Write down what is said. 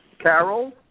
Carol